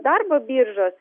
darbo biržos